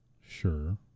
sure